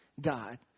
God